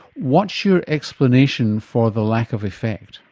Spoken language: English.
what's your explanation for the lack of effect?